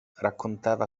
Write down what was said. raccontava